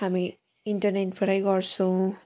हामी इन्टरनेटबाटै गर्छौँ